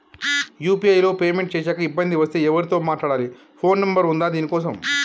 UPI లో payment చేశాక ఇబ్బంది వస్తే ఎవరితో మాట్లాడాలి? ఫోన్ నంబర్ ఉందా దీనికోసం?